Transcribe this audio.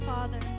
Father